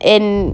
and